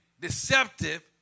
deceptive